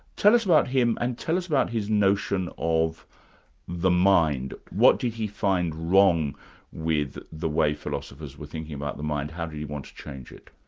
tell us about him, and tell us about his notion of the mind. what did he find wrong with the way philosophers were thinking about the mind? how did he want to change it?